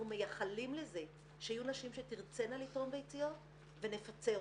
אנחנו מייחלים לזה שיהיו נשים שתרצינה לתרום ביציות ונפצה אותן,